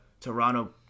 Toronto